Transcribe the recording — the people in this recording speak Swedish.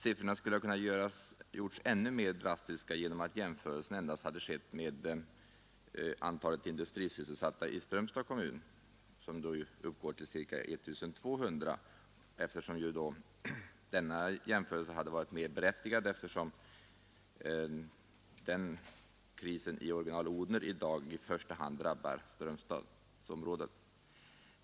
Siffrorna skulle ha kunnat göras ännu mer drastiska genom att jämförelsen endast hade skett med antalet industrisysselsatta i Strömstads kommun, som uppgår till ca 1 200. Denna jämförelse hade varit mer berättigad eftersom krisen i Original-Odhner i dag i första hand drabbar Strömstadsområdet.